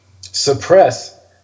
suppress